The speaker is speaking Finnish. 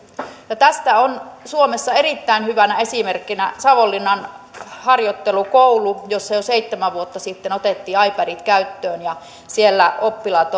tästä on suomessa erittäin hyvänä esimerkkinä savonlinnan harjoittelukoulu jossa jo seitsemän vuotta sitten otettiin ipadit käyttöön siellä oppilaat